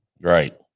right